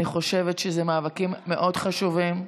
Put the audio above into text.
אני חושבת שאלה מאבקים מאוד חשובים,